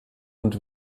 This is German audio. und